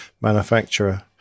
manufacturer